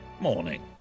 Morning